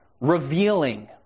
revealing